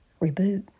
Reboot